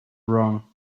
wrong